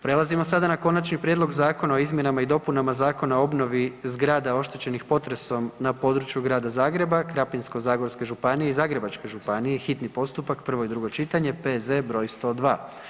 Prelazimo sada na Konačni prijedlog zakona o izmjenama i dopunama Zakona o obnovi zgrada oštećenih potresom na području Grada Zagreba, Krapinsko-zagorske županije i Zagrebačke županije, hitni postupak, prvo i drugo čitanje, P.Z. br. 102.